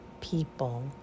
people